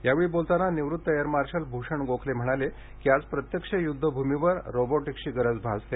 यावेळी बोलताना निवृत्त एअर मार्शल भूषण गोखले म्हणाले की आज प्रत्यक्ष युद्धभूमीवर रोबोटिक्सची गरज भासते